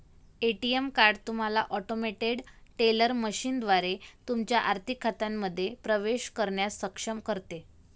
ATM card तुम्हाला automated teller मशीनद्वारे तुमच्या आर्थिक खात्यांमध्ये प्रवेश करण्यास सक्षम करते